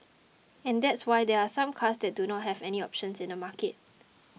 and that's why there are some cars that do not have any options in the market